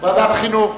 ועדת חינוך.